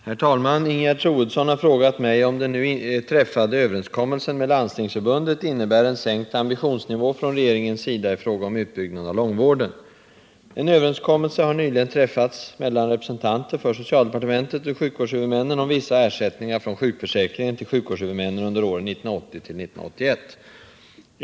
Herr talman! Ingegerd Troedsson har frågat mig om den nu träffade överenskommelsen med Landstingsförbundet innebär en sänkt ambitionsnivå från regeringens sida i fråga om utbyggnaden av långvården. En överenskommelse har nyligen träffats mellan representanter för socialdepartementet och sjukvårdshuvudmännen om vissa ersättningar från sjukförsäkringen till sjukvårdshuvudmännen under åren 1980-1981.